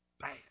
bad